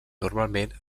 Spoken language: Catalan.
normalment